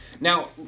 Now